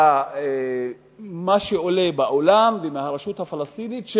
למה שעולה בעולם וברשות הפלסטינית,